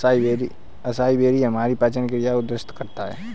acai berry हमारी पाचन क्रिया को दुरुस्त करता है